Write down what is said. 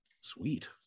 Sweet